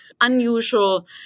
unusual